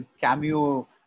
cameo